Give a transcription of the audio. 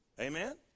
Amen